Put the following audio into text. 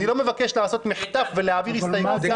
אני לא מבקש לעשות מחטף ולהעביר הסתייגות.